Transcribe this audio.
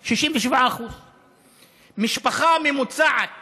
67%. משפחה ממוצעת